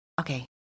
okay